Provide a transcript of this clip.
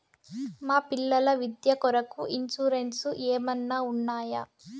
మా పిల్లల విద్య కొరకు ఇన్సూరెన్సు ఏమన్నా ఉన్నాయా?